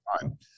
time